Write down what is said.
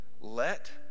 Let